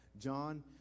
John